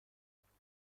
راهنما